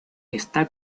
está